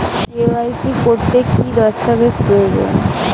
KYC করতে কি দস্তাবেজ প্রয়োজন?